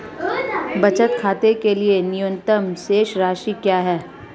बचत खाते के लिए न्यूनतम शेष राशि क्या है?